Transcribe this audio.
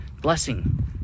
blessing